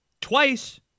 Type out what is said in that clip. twice